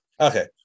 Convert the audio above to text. Okay